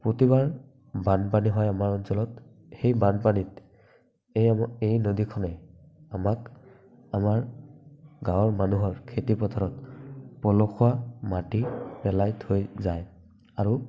প্ৰতিবাৰ বানপানী হয় আমাৰ অঞ্চলত সেই বানপানীত এই নদীখনে আমাক আমাৰ গাওঁৰ মানুহৰ খেতি পথাৰত পলসুৱা মাটি পেলাই থৈ যায় আৰু